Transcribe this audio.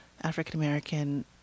African-American